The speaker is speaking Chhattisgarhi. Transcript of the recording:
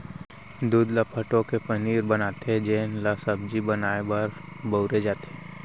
दूद ल फटो के पनीर बनाथे जेन ल सब्जी बनाए बर बउरे जाथे